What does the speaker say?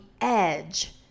edge